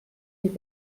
with